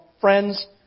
friends